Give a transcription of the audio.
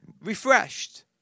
refreshed